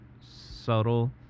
subtle